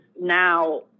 now